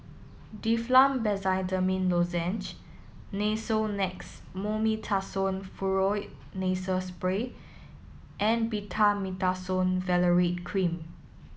Difflam Benzydamine Lozenges Nasonex Mometasone Furoate Nasal Spray and Betamethasone Valerate Cream